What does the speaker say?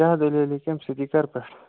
کیاہ دٔلیل یہِ کَمہِ سۭتۍ یہِ کَر پٮ۪ٹھ